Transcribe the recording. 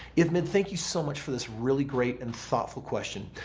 edmond, thank you so much for this. really great and thoughtful question.